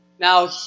Now